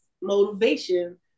motivation